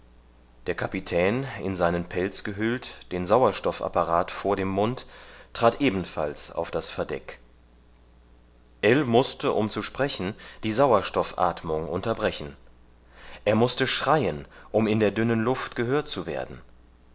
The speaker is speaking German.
der kapitän in seinen pelz gehüllt den sauerstoffapparat vor dem mund trat ebenfalls auf das verdeck ell mußte um zu sprechen die sauerstoffatmung unterbrechen er mußte schreien um in der dünnen luft gehört zu werden